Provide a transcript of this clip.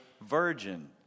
virgin